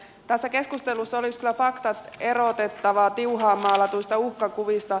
tässä keskustelussa olisi kyllä faktat erotettava tiuhaan maalatuista uhkakuvista